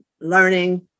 learning